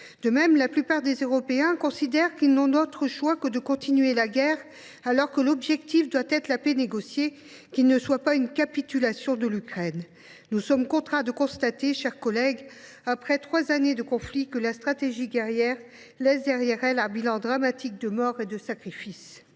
De même, la plupart des Européens considèrent qu’ils n’ont autre choix que de continuer la guerre, alors que l’objectif doit être une paix négociée, qui ne soit pas une capitulation de l’Ukraine. Nous sommes contraints de constater, mes chers collègues, après trois années de conflit, que la stratégie guerrière laisse derrière elle un bilan dramatique de morts et de sacrifices.